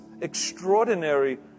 extraordinary